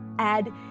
add